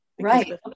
right